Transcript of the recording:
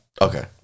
Okay